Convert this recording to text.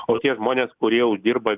o tie žmonės kurie uždirba